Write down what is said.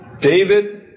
David